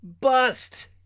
Bust